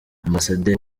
ambasaderi